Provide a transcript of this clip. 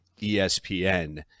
ESPN